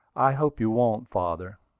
i hope you won't, father.